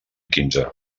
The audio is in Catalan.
quinze